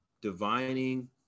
divining